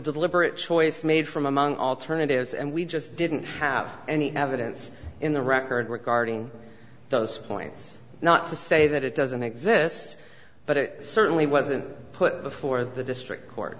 deliberate choice made from among alternatives and we just didn't have any evidence in the record regarding those points not to say that it doesn't exist but it certainly wasn't put before the district court